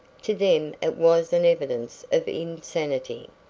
to them it was an evidence of insanity,